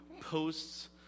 posts